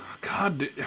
God